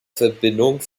verbindung